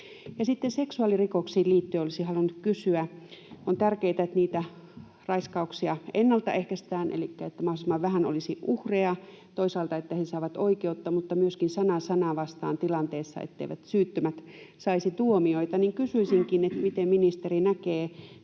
Sitten seksuaalirikoksiin liittyen olisin halunnut kysyä. On tärkeätä, että niitä raiskauksia ennalta ehkäistään, että mahdollisimman vähän olisi uhreja, ja toisaalta, että he saavat oikeutta, mutta myöskin, että sana sanaa vastaan ‑tilanteessa syyttömät eivät saisi tuomioita. Kysyisinkin, miten ministeri näkee